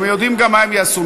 הם יודעים מראש